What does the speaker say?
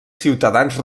ciutadans